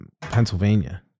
Pennsylvania